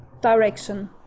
direction